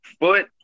Foot